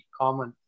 common